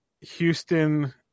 Houston